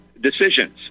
decisions